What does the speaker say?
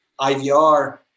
IVR